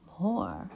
more